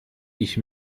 ich